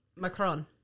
Macron